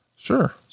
Sure